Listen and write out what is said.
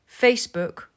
Facebook